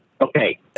Okay